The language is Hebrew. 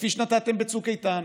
כפי שנתתם בצוק איתן,